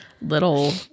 little